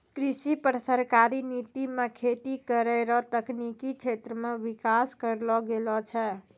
कृषि पर सरकारी नीति मे खेती करै रो तकनिकी क्षेत्र मे विकास करलो गेलो छै